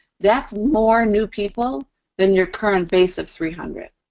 that's more new people than your current base of three hundred.